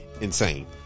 insane